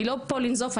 אני לא פה לנזוף,